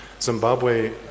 Zimbabwe